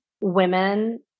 women